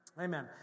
Amen